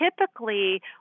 typically